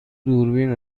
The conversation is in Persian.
دوربین